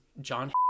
John